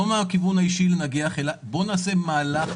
לא מהכיוון האישי לנגח בואו נעשה מהלך,